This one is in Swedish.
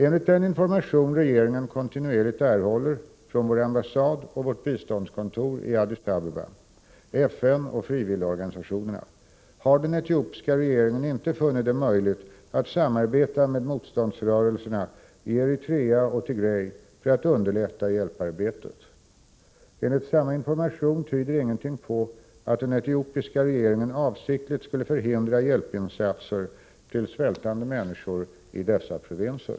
Enligt den information regeringen kontinuerligt erhåller från vår ambassad och vårt biståndskontor i Addis Abeba, FN och frivilligorganisationerna har den etiopiska regeringen inte funnit det möjligt att samarbeta med motståndsrörelserna i Eritrea och Tigré för att underlätta hjälparbetet. Enligt samma information tyder ingenting på att den etiopiska regeringen avsiktligt skulle förhindra hjälpinsatser till svältande människor i dessa provinser.